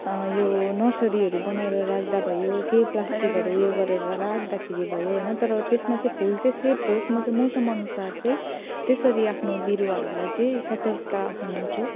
यो नर्सरीहरू बनाएर राख्दा भयो केही प्लास्टिकहरू यो गरेर राख्दाखेरि भयो होइन तर त्यसमा चाहिँ फुल चाहिँ सेभ होस् म चाहिँ मौसम अनुसार चाहिँ त्यसरी आफ्नो बिरुवाहरूलाई चाहिँ सतर्कता अपनाउँछु